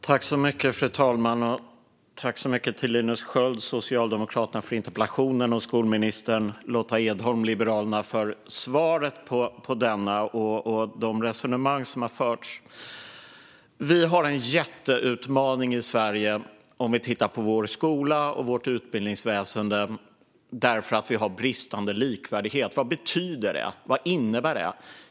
Fru talman! Tack så mycket, Linus Sköld, Socialdemokraterna, för interpellationen och skolminister Lotta Edholm, Liberalerna, för svaret på denna och för de resonemang som har förts! Vi har en jätteutmaning i Sverige om vi tittar på vår skola och vårt utbildningsväsen, för vi har bristande likvärdighet. Vad betyder det? Vad innebär det?